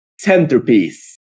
centerpiece